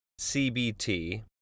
CBT